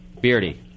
Beardy